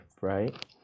right